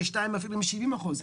יש שתיים כאלה עם 70 אחוז.